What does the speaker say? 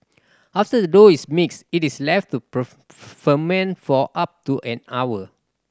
after the dough is mixed it is left to ferment for up to an hour